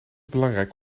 belangrijk